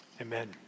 Amen